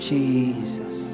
Jesus